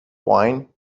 wine